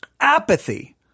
apathy